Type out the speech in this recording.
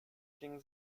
klingen